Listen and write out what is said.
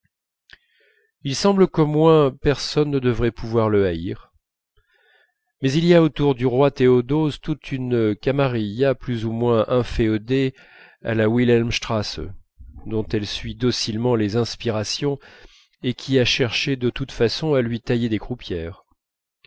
il semble qu'au moins personne ne devrait pouvoir le haïr mais il y a autour du roi théodose toute une camarilla plus ou moins inféodée à la wilhelmstrasse dont elle suit docilement les inspirations et qui a cherché de toutes façons à lui tailler des croupières